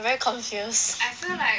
very confused